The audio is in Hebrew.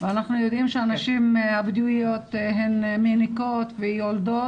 ואנחנו יודעים שהנשים הבדואיות מניקות ויולדות